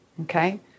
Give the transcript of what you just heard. okay